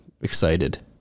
excited